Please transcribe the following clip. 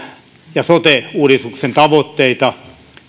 ja sote uudistuksen tavoitteita